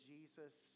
Jesus